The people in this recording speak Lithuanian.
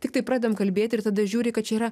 tiktai pradedam kalbėti ir tada žiūri kad čia yra